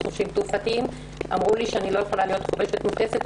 חובשים תעופתיים אמרו לי שאני לא יכולה להיות חובשת מוטסת,